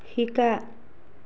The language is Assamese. শিকা